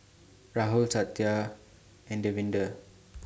Rahul Satya and Davinder